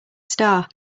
star